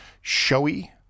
showy